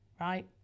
right